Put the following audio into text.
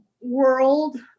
world